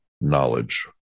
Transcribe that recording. knowledge